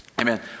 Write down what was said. Amen